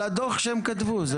לדוח שהם כתבו.